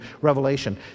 Revelation